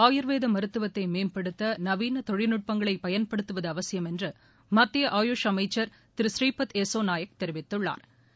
ஆயுர்வேத மருத்துவத்தை மேம்படுத்த நவீன தொழில்நுட்பங்களை பயன்படுத்துவது அவசியம் என்று மத்திய ஆயுஷ் அமைச்சா் திரு ஸ்ரீபாத் எஸ்ஸோ நாயக் தெரிவித்துள்ளாா்